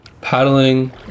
Paddling